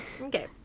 Okay